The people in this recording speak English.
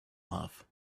love